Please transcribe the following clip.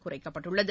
குறைக்கப்பட்டுள்ளது